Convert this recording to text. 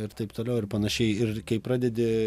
ir taip toliau ir panašiai ir kai pradedi